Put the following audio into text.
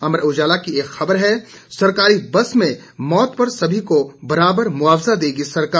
अमर उजाला की एक खबर है सरकारी बस में मौत पर सभी को बराबर मुआवजा देगी सरकार